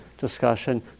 discussion